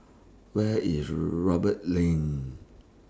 Where IS Roberts Lane